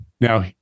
Now